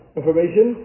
information